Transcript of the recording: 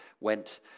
went